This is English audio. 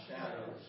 shadows